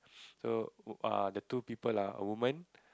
so uh the two people are a woman